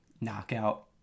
knockout